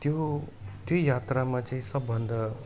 त्यो त्यो यात्रामा चाहिँ सबभन्दा